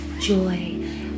joy